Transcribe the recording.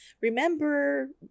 Remember